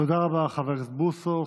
תודה רבה, חבר הכנסת בוסו.